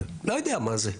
לא יודע מה זה.